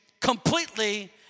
completely